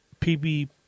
PB